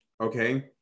okay